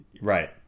right